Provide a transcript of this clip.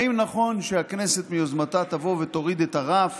האם נכון שהכנסת מיוזמתה תבוא ותוריד את הרף